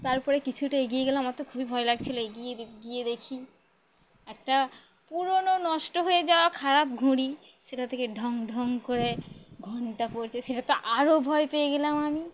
তারপরে কিছুটা এগিয়ে গেলাম আমার তো খুবই ভয় লাগছিল এগিয়ে গিয়ে দেখি একটা পুরোনো নষ্ট হয়ে যাওয়া খারাপ ঘড়ি সেটা থেকে ঢং ঢং করে ঘন্টা পড়ছে সেটাতে আরও ভয় পেয়ে গেলাম আমি